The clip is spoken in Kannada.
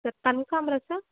ಸರ್ ಕನಕಾಂಬ್ರ ಸರ್